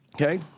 Okay